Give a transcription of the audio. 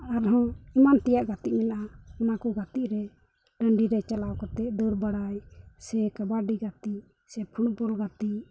ᱟᱨᱦᱚᱸ ᱮᱢᱟᱱ ᱛᱮᱭᱟᱜ ᱜᱟᱛᱮᱜ ᱢᱮᱱᱟᱜᱼᱟ ᱚᱱᱟ ᱠᱚ ᱜᱟᱛᱮᱜ ᱨᱮ ᱴᱟᱺᱰᱤ ᱨᱮ ᱪᱟᱞᱟᱣ ᱠᱟᱛᱮᱫ ᱫᱟᱹᱲ ᱵᱟᱲᱟᱭ ᱥᱮ ᱠᱟᱵᱟᱰᱤ ᱜᱟᱛᱮ ᱥᱮ ᱯᱷᱩᱴᱵᱚᱞ ᱜᱟᱛᱮ